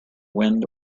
wind